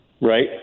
right